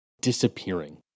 disappearing